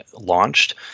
launched